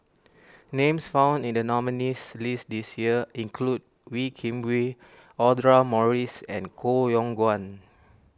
names found in the nominees' list this year include Wee Kim Wee Audra Morrice and Koh Yong Guan